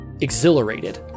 exhilarated